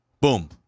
boom